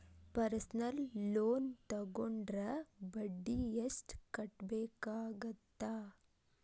personal loan ತೊಗೊಂಡ್ರ ಬಡ್ಡಿ ಎಷ್ಟ್ ಕಟ್ಟಬೇಕಾಗತ್ತಾ